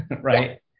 right